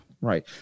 Right